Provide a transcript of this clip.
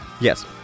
yes